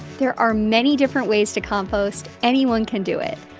there are many different ways to compost. anyone can do it.